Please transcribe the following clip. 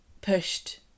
pushed